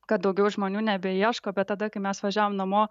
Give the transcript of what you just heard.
kad daugiau žmonių nebeieško bet tada kai mes važiavom namo